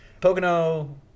Pocono